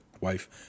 wife